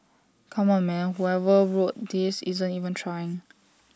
come on man whoever wrote this isn't even trying